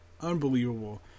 Unbelievable